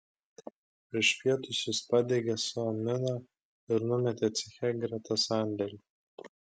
prieš pietus jis padegė savo miną ir numetė ceche greta sandėlio